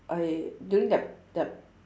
I during that that